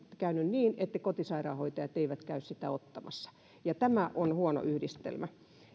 käynyt niin että kotisairaanhoitajat eivät käy sitä ottamassa tämä on huono yhdistelmä